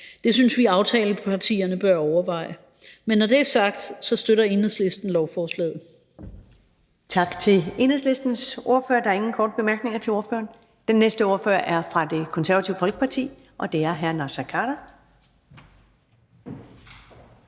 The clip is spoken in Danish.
Det synes vi aftalepartierne bør overveje. Men når det er sagt, støtter Enhedslisten lovforslaget.